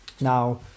Now